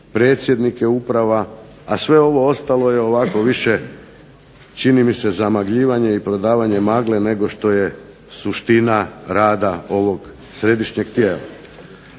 predsjednike uprava, a sve ovo ostalo je ovako više čini mi se zamagljivanje i prodavanje magle nego što je suština rada ovog Središnjeg tijela.